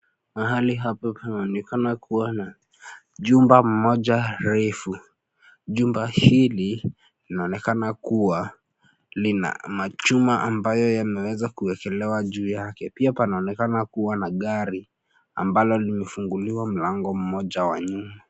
Mahali hapa panaonekana kuwa na jumba moja refu. Jumba hili, linaonekana kuwa lina machuma ambayo yameweza kuwekelewa juu yake, pia panaonekana kuwa na gari ambalo limefunguliwa mlango mmoja wa nyuma.